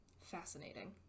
fascinating